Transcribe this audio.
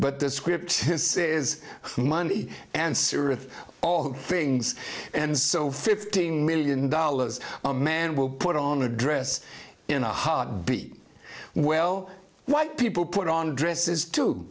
but the script this is money answer of all things and so fifteen million dollars a man will put on a dress in a heartbeat well white people put on dresses too